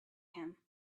him